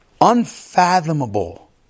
unfathomable